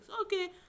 Okay